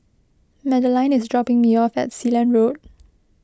Madeleine is dropping me off at Sealand Road